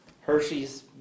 Hershey's